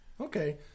Okay